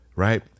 Right